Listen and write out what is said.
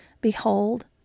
Behold